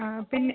ആ പിന്നെ